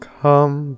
come